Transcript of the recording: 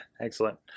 Excellent